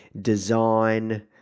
design